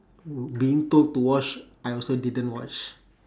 being told to wash I also didn't wash